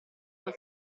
non